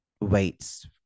weights